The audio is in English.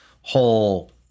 whole